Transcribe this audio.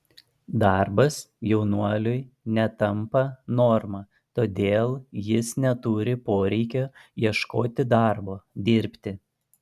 darbas jaunuoliui netampa norma todėl jis neturi poreikio ieškoti darbo dirbti